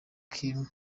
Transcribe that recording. kim